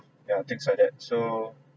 yeah things like that so